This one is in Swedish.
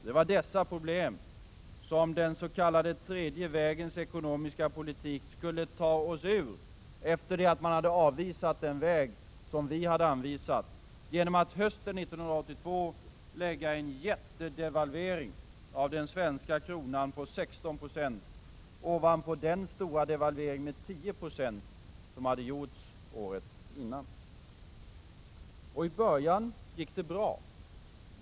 Det var dessa problem som den s.k. tredje vägens ekonomiska politik skulle ta oss ur — efter det att man avvisat den väg som vi föreslagit — genom att hösten 1982 lägga en jättedevalvering av den svenska kronan på 16 9o ovanpå den stora devalvering med 10 96 som hade gjorts året innan. I början gick det bra.